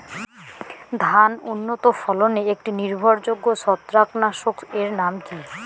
ধান উন্নত ফলনে একটি নির্ভরযোগ্য ছত্রাকনাশক এর নাম কি?